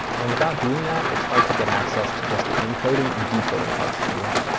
and without doing that, it's hard to get access to just the encoding and decoding parts that you want.